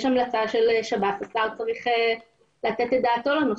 יש המלצה של שב"ס והשר צריך לתת את דעתו על הנושא.